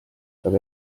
saab